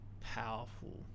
powerful